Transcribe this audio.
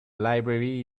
library